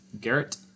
Garrett